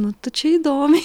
nu tu čia įdomiai